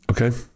Okay